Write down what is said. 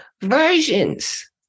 versions